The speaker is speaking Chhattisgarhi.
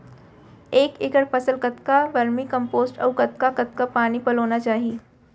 एक एकड़ फसल कतका वर्मीकम्पोस्ट अऊ कतका कतका पानी पलोना चाही?